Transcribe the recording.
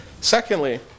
Secondly